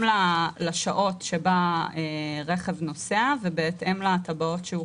לשעות שרכב נוסע ובהתאם לטבעות שהוא חוצה.